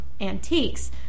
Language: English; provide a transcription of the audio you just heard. Antiques